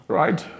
right